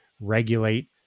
regulate